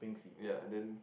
ya and then